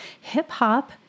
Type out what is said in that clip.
hip-hop